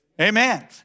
amen